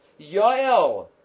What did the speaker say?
Yael